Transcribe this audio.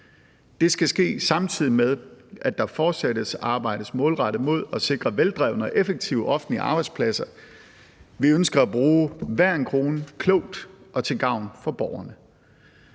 Det skal ske, samtidig med at der fortsat arbejdes målrettet mod at sikre veldrevne og effektive offentlige arbejdspladser. Vi ønsker at bruge hver en krone klogt og til gavn for borgerne.